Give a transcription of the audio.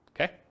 okay